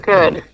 Good